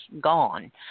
gone